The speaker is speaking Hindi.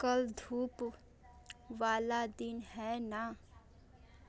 कल धूप वाला दिन है ना